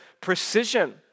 precision